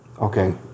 Okay